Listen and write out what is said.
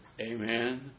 Amen